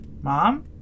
Mom